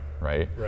Right